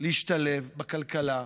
להשתלב בכלכלה,